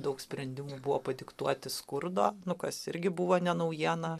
daug sprendimų buvo padiktuoti skurdo nu kas irgi buvo ne naujiena